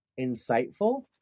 insightful